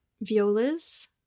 violas